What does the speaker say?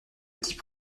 type